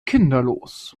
kinderlos